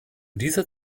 dieser